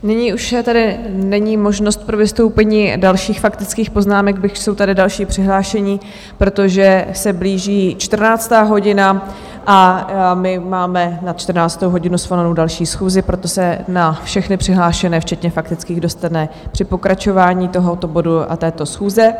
Nyní už tedy není možnost pro vystoupení dalších faktických poznámek, byť jsou tady další přihlášení, protože se blíží čtrnáctá hodina a my máme na čtrnáctou hodinu svolanou další schůzi, proto se na všechny přihlášené, včetně faktických, dostane při pokračování tohoto bodu a této schůze.